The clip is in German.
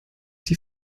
die